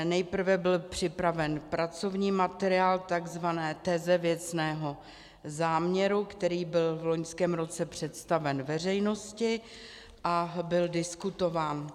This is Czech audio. Nejprve byl připraven pracovní materiál tzv. teze věcného záměru, který byl v loňském roce představen veřejnosti a byl diskutován.